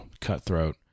cutthroat